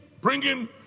bringing